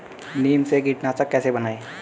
नीम से कीटनाशक कैसे बनाएं?